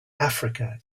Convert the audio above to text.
africa